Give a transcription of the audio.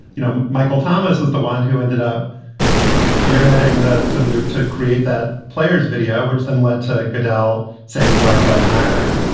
you know, michael thomas is the one who ended up spearheading the the move to create that player's video, which then led to goodell saying black lives matter.